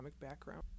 background